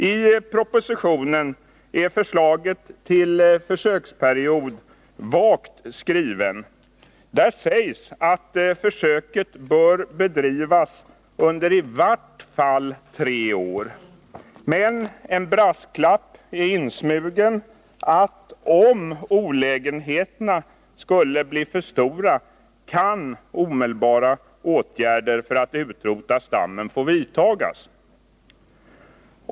I propositionen är förslaget till försöksperiod vagt skrivet. Där sägs att försöket bör bedrivas under i varje fall tre år. Men en brasklapp är insmugen: Om olägenheterna skulle bli för stora kan omedelbara åtgärder för att utrota stammen få vidtagas.